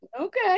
Okay